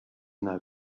now